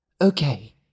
Okay